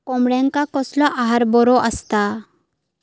कोंबड्यांका कसलो आहार बरो असता?